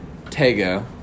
Tego